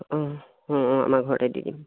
অঁ অঁ অঁ আমাৰ ঘৰতে দি দিম